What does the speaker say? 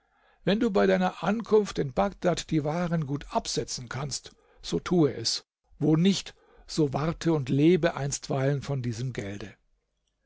wenn du bei deiner ankunft in bagdad die waren gut absetzen kannst so tue es wo nicht so warte und lebe einstweilen von diesem gelde